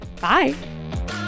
Bye